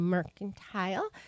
Mercantile